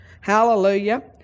Hallelujah